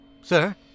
Sir